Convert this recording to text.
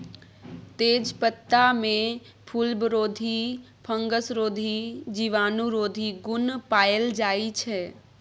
तेजपत्तामे फुलबरोधी, फंगसरोधी, जीवाणुरोधी गुण पाएल जाइ छै